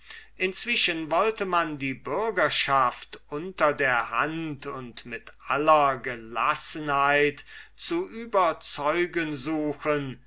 inzwischen wollte man die bürgerschaft unter der hand und mit aller gelassenheit zu überzeugen suchen